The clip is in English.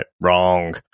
wrong